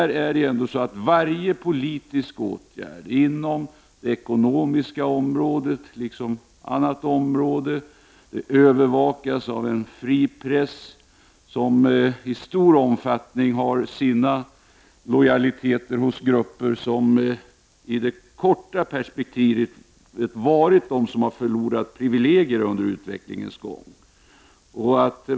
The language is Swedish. I Sverige övervakas varje politisk åtgärd inom det ekonomiska området, liksom inom andra områden, av en fri press som i stor omfattning har sina lojaliteter hos grupper som i det korta perspektivet varit de som har förlorat privilegier under utvecklingens gång.